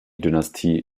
dynastie